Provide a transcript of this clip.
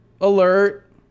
alert